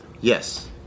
Yes